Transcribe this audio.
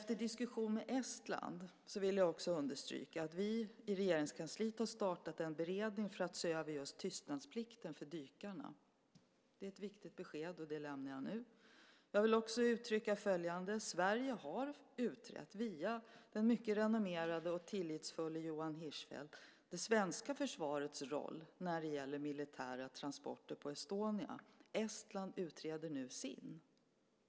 Jag vill också understryka att vi i Regeringskansliet efter diskussion med Estland har startat en beredning för att se över just tystnadsplikten för dykarna. Det är ett viktigt besked, och det lämnar jag nu. Jag vill också uttrycka följande: Sverige har utrett, via den mycket renommerade och pålitlige Johan Hirschfeldt, det svenska försvarets roll när det gäller militära transporter på Estonia. Estland utreder nu sin.